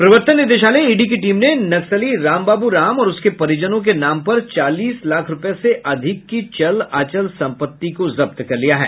प्रवर्तन निदेशालय ईडी की टीम ने नक्सली रामबाबू राम और उसके परिजनों के नाम पर चालीस लाख रूपये से अधिक की चल अचल सम्पत्ति को जब्त किया है